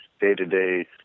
day-to-day